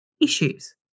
issues